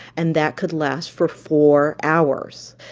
and that could last for four hours.